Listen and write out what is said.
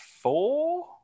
four